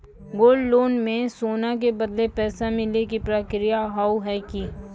Gold loan मे सोना के बदले पैसा मिले के प्रक्रिया हाव है की?